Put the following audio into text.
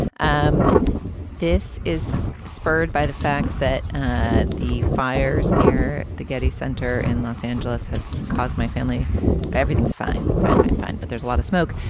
um this is spurred by the fact that ah the fires near the getty center in los angeles has caused my family everything's fine. fine fine fine. but there's a lot of smoke.